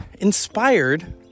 Inspired